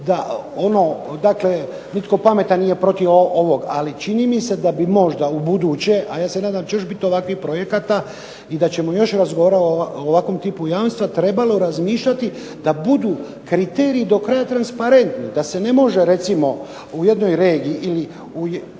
da ono, dakle nitko pametan nije protiv ovog. Ali čini mi se da bi možda u buduće, a ja se nadam da će biti još ovakvih projekata i da ćemo još razgovarati o ovakvom tipu jamstva trebalo razmišljati da budu kriteriji do kraja transparentni, da se ne može recimo u jednoj regiji ili ako